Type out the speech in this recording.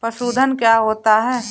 पशुधन क्या होता है?